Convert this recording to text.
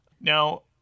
Now